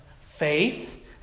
faith